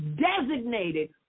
designated